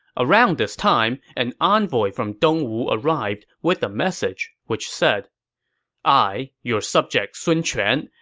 around this time, an envoy from dongwu arrived with a message, which said i, your subject sun quan,